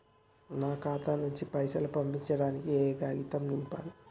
నా ఖాతా నుంచి పైసలు పంపించడానికి ఏ కాగితం నింపాలే?